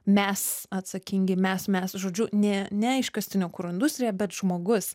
mes atsakingi mes mes žodžiu ne ne iškastinio kuro industrija bet žmogus